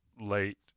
late